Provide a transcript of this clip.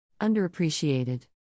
Underappreciated